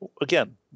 Again